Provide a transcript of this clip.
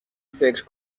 فکر